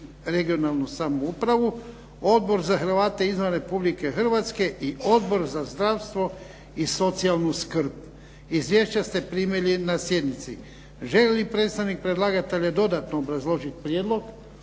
regionalnu samoupravu, Odbor za Hrvate izvan Republike Hrvatske i Odbor za zdravstvo i socijalnu skrb. Izvješća ste primili na sjednici. Želi li predstavnik predlagatelja dodatno obrazložiti prijedlog?